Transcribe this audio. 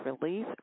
release